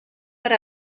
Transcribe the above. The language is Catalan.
per